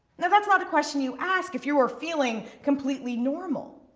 now, that's not a question you ask if you were feeling completely normal.